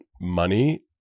money